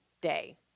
day